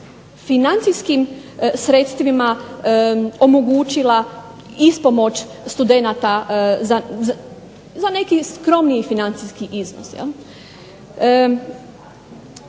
financijskim sredstvima omogućila ispomoć studenata za neki skromniji financijski iznos